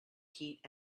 heat